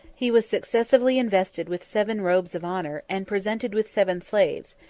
he was successively invested with seven robes of honor, and presented with seven slaves,